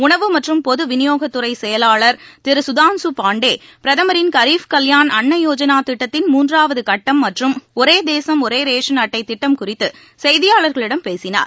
உணவு மற்றும் பொது விநியோகத் துறைச் செயலாளர் திரு சுதான்சு பாண்டே பிரதமரின் கரிப் கல்யான் அன்ன யோஜளா திட்டத்தின் மூன்றறவது கட்டம் மற்றும் ஒரே தேசம் ஒரே ரேஷன் அட்டை திட்டம் குறித்து செய்தியாளர்களிடம் பேசினார்